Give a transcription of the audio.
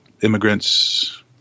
immigrants